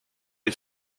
les